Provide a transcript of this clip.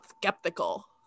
skeptical